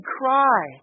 cry